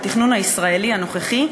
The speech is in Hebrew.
בתכנון הישראלי הנוכחי,